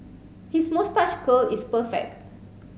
his moustache curl is perfect